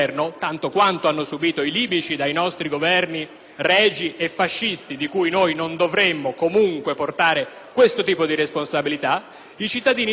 regi e fascisti, di cui non dovremmo comunque portare questo tipo di responsabilità. I cittadini italiani, dunque, hanno subito una serie di torti.